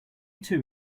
two